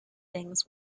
things